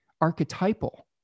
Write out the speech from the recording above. archetypal